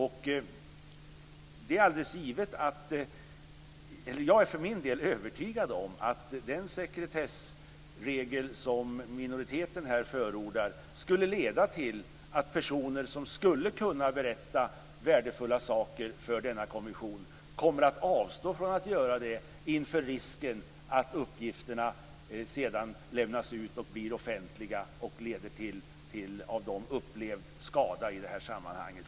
Jag är för min del övertygad om att den sekretessregel som minoriteten här förordar skulle leda till att personer som skulle kunna berätta värdefulla saker för kommissionen kommer att avstå från att göra det inför risken att uppgifterna sedan lämnas ut, blir offentliga och leder till av de här personerna upplevd skada i sammanhanget.